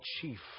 chief